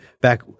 Back